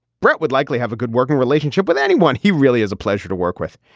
brett would likely have a good working relationship with anyone. he really is a pleasure to work with.